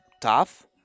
tough